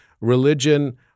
religion